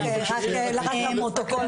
רק לפרוטוקול.